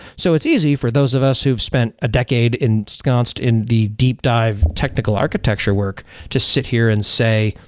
so it's easy for those of us who've spent a decade ensconced in the deep dive technical architecture work to sit here and say,